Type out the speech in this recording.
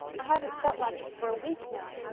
i haven't felt like it for a week now.